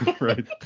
Right